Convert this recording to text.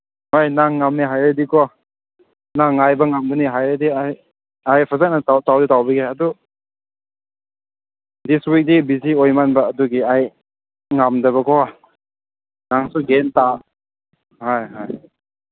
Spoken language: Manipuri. ꯍꯣꯏ ꯅꯪ ꯉꯝꯅꯦ ꯍꯥꯏꯔꯗꯤꯀꯣ ꯅꯪ ꯉꯥꯏꯕ ꯉꯝꯒꯅꯤ ꯍꯥꯏꯔꯗꯤ ꯑꯩ ꯐꯖꯅ ꯇꯧꯕꯤꯒꯦ ꯑꯗꯨ ꯗꯤꯁ ꯋꯤꯛꯇꯤ ꯕꯤꯖꯤ ꯑꯣꯏꯃꯟꯕ ꯑꯗꯨꯒꯤ ꯑꯩ ꯉꯝꯗꯕꯀꯣ ꯅꯪꯁꯨ ꯍꯣꯏ ꯍꯣꯏ